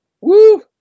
Woo